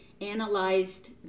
analyzed